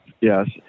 Yes